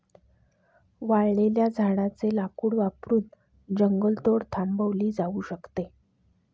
वाळलेल्या झाडाचे लाकूड वापरून जंगलतोड थांबवली जाऊ शकते